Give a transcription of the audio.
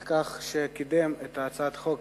על כך שקידם את הצעת החוק,